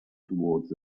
towards